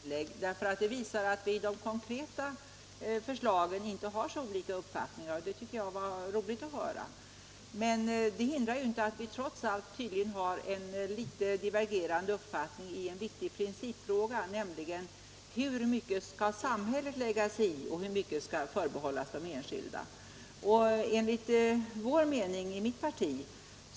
Herr talman! Jag är glad över herr Johanssons i Trollhättan senaste inlägg — det visade att vi inte har så olika uppfattningar om de konkreta förslagen. Men det hindrar inte att vi trots allt tydligen har divergerande åsikter i en viktig principfråga, nämligen hur mycket samhället skall lägga sig i och hur mycket som skall förbehållas de enskilda. Enligt mitt partis